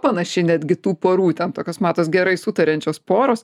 panaši netgi tų porų ten tokios matos gerai sutariančios poros